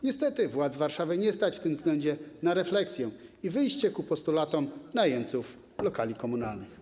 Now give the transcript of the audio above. Niestety władz Warszawy nie stać w tym względzie na refleksję i wyjście naprzeciw postulatom najemców lokali komunalnych.